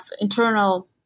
internal